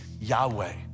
Yahweh